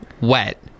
wet